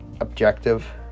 objective